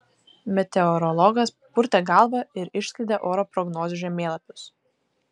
meteorologas papurtė galvą ir išskleidė oro prognozių žemėlapius